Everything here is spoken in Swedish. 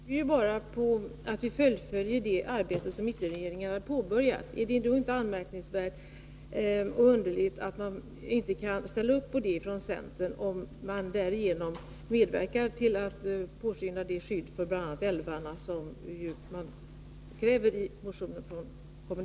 Fru talman! Min reservation, Kjell Mattsson, bygger ju bara på att vi fullföljer det arbete som mittenregeringarna har påbörjat. Är det då inte anmärkningsvärt och underligt att inte centern kan ställa upp på det? Om man gör det, medverkar man ju till att skapa det skydd för bl.a. älvarna som krävs i motionen från vpk.